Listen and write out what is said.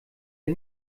der